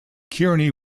kearny